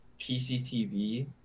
PCTV